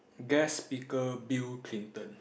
guest speaker Bill Clinton